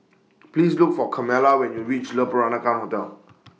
Please Look For Carmela when YOU REACH Le Peranakan Hotel